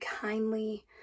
kindly